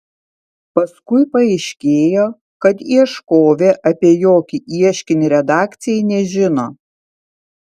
paskui paaiškėjo kad ieškovė apie jokį ieškinį redakcijai nežino